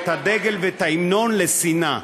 את הדגל ואת ההמנון לשנאה?